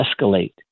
escalate